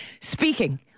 Speaking